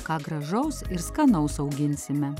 ką gražaus ir skanaus auginsime